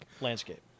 landscape